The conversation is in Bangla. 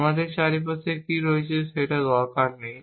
আমাদের চারপাশে কী রয়েছে সেটা দরকার নেই